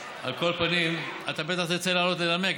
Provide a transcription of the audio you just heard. על כל פנים, אתה בטח תרצה לעלות לנמק.